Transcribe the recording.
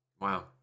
Wow